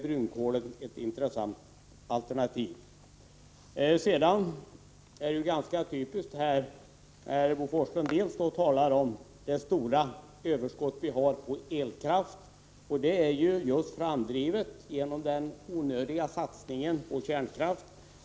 Det är ganska typiskt att Bo Forslund talar om vårt stora överskott på elkraft. Det har uppkommit just genom den onödiga satsningen på kärnkraft.